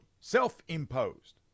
self-imposed